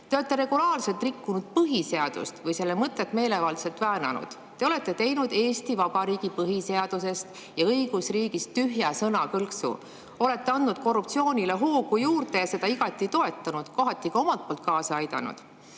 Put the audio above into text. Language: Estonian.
Te olete regulaarselt rikkunud põhiseadust või selle mõtet meelevaldselt väänanud. Te olete teinud Eesti Vabariigi põhiseadusest ja õigusriigist tühja sõnakõlksu. Olete andnud korruptsioonile hoogu juurde ja seda igati toetanud, kohati ka omalt poolt kaasa aidanud.